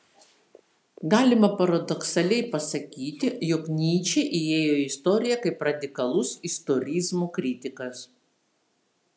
galima paradoksaliai pasakyti jog nyčė įėjo į istoriją kaip radikalus istorizmo kritikas